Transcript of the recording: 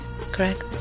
correct